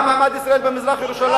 מה מעמד ישראל במזרח-ירושלים?